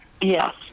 Yes